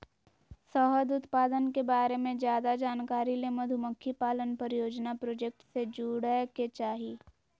शहद उत्पादन के बारे मे ज्यादे जानकारी ले मधुमक्खी पालन परियोजना प्रोजेक्ट से जुड़य के चाही